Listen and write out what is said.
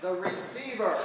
the receiver